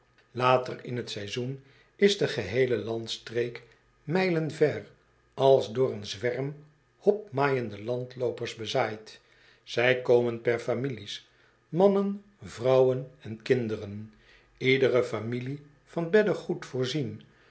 later in t seizoen is de geheele landstreek mijlen ver als door een zwerm hopmaaiende landloopers bezaaid zij komen per families mannen vrouwen en kinderen iedere familie van beddegoed voorzien